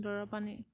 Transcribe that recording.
দৰৱ পানী